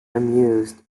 amused